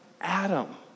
Adam